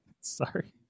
Sorry